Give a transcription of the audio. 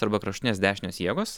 arba kraštinės dešinės jėgos